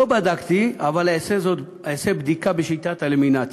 לא בדקתי אבל אעשה בדיקה בשיטת האלימינציה,